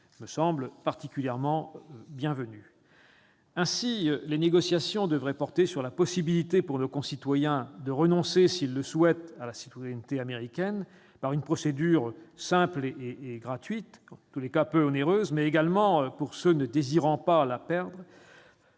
me semble particulièrement bienvenue. Ainsi, les négociations devraient porter sur la possibilité pour nos concitoyens de renoncer, s'ils le souhaitent, à la citoyenneté américaine par une procédure simple et gratuite- ou, à tout le moins, peu onéreuse-, mais également, pour ceux qui ne désirent pas la perte